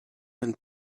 and